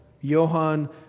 Johann